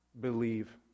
believe